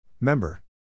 Member